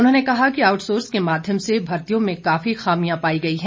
उन्होंने कहा कि आउटसोर्स के माध्यम से भर्तियों में काफी खामियां पाई गई हैं